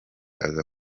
aza